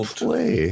play